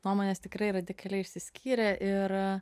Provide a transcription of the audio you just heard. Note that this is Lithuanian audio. nuomonės tikrai radikaliai išsiskyrė ir